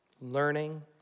Learning